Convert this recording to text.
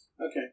Okay